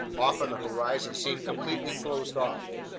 often the horizon seemed completely closed off.